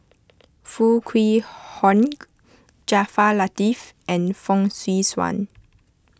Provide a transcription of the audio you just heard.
Foo Kwee Horng Jaafar Latiff and Fong Swee Suan